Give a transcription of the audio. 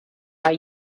are